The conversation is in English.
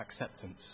acceptance